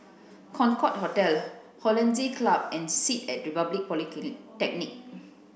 Concorde Hotel Hollandse Club and Sit at Republic Poly technic